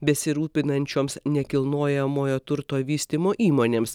besirūpinančioms nekilnojamojo turto vystymo įmonėms